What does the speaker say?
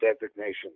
designation